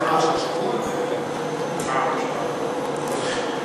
בואו נאפשר לחבר הכנסת אזולאי להמשיך בדבריו.